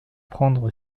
prendre